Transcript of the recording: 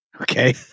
Okay